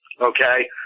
Okay